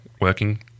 working